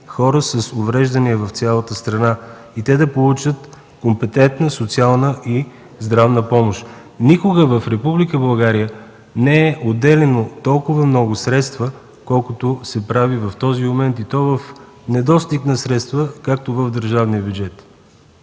хора с увреждания в цялата страна, за да получат компетентна социална и здравна помощ. Никога в Република България не са отделяни толкова много средства, колкото се прави в този момент и то в недостиг на средства, както и в държавния бюджет.